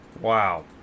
Wow